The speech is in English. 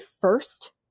first